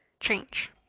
change